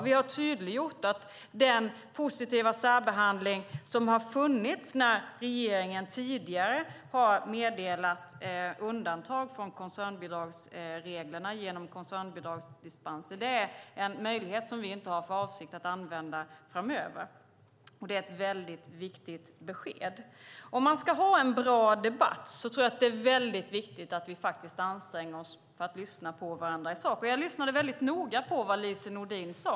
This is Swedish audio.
Vi har tydliggjort att den positiva särbehandling som har funnits när regeringen tidigare har meddelat undantag från koncernbidragsreglerna genom koncernbidragsdispenser är en möjlighet som vi inte har för avsikt att använda framöver. Det är ett mycket viktigt besked. Om man ska ha en bra debatt tror jag att det är mycket viktigt att vi anstränger oss för att lyssna på varandra i sak. Jag lyssnade mycket noga på det Lise Nordin sade.